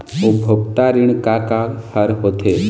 उपभोक्ता ऋण का का हर होथे?